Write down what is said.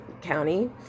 County